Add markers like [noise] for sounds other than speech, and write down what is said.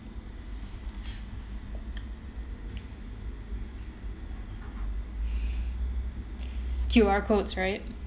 [breath] Q_R codes right